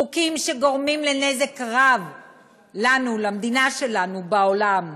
חוקים שגורמים לנזק רב לנו, למדינה שלנו, בעולם.